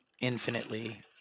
infinitely